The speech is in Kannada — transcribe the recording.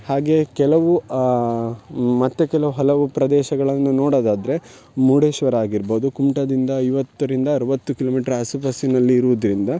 ಹಾಗೆ ಕೆಲವು ಮತ್ತು ಕೆಲವು ಹಲವು ಪ್ರದೇಶಗಳನ್ನು ನೋಡೋದಾದರೆ ಮುರ್ಡೇಶ್ವರ ಆಗಿರ್ಬಹ್ದು ಕುಮಟಾದಿಂದ ಐವತ್ತರಿಂದ ಅರುವತ್ತು ಕಿಲೋಮೀಟ್ರ್ ಆಸುಪಾಸಿನಲ್ಲಿ ಇರುದರಿಂದ